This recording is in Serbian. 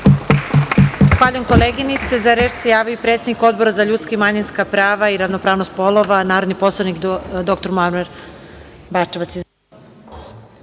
Zahvaljujem koleginice.Za reč se javio predsednik Odbora za ljudska i manjinska prava i ravnopravnost polova, narodni poslanik dr Muamer Bačevac.